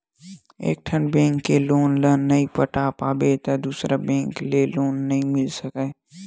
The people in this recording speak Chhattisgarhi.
एकठन बेंक के लोन ल नइ पटा पाबे त दूसर बेंक ले लोन नइ मिल सकय